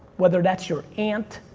whether that's your aunt,